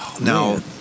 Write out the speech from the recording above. now